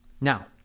Now